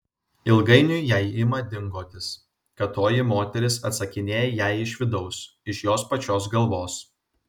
ilgainiui jai ima dingotis kad toji moteris atsakinėja jai iš vidaus iš jos pačios galvos